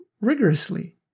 rigorously